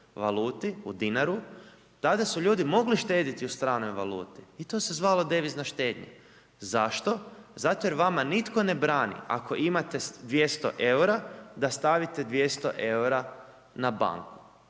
valuti, u dinaru, tada su ljudi mogli štedjeti u stranoj valuti i to se zvalo devizna štednja. Zašto? Zato jer vama nitko ne brani ako imate 200 eura da stavite 200 eura na banku.